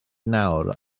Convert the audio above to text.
nawr